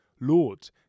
Lord